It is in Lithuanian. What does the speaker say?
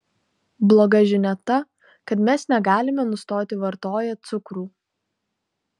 bloga žinia ta kad mes negalime nustoti vartoję cukrų